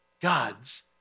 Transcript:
God's